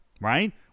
Right